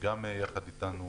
גם יחד איתנו,